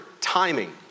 timing